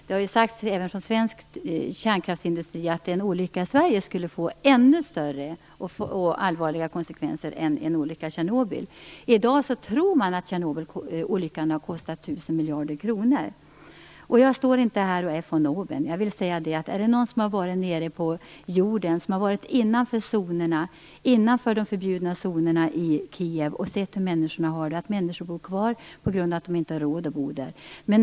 Det har sagts även från svensk kärnkraftsindustri att en olycka i Sverige skulle få ännu större och allvarligare konsekvenser än en olycka i Tjernobyl. I dag tror man att Tjernobylolyckan har kostat 1 000 Jag står inte här och är von oben. Om det är någon som har varit nere på jorden, innanför de förbjudna zonerna i Kiev och sett hur människorna har det där, så är det jag. Människorna bor kvar på grund av att de inte har råd att bo någon annanstans.